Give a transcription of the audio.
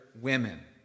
women